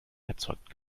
erzeugt